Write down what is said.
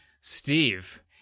Steve